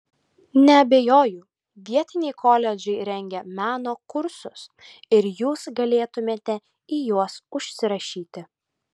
neabejoju vietiniai koledžai rengia meno kursus ir jūs galėtumėte į juos užsirašyti